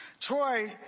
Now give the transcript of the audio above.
Troy